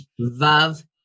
Vav